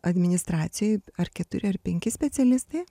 administracijoj ar keturi ar penki specialistai